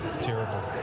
terrible